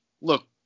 look